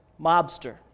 mobster